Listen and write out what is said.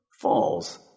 falls